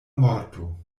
morto